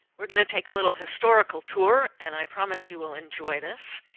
we're going to take a little historical tour. and i promise you will enjoy this.